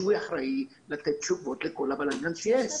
שהוא יהיה אחראי לתת תשובות לכל הבלגן שיש.